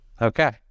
Okay